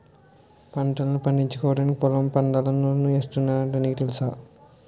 పంటల్ను పండించుకోవడానికి పొలం పండాలన్నా లోన్లు ఇస్తున్నారట నీకు తెలుసా?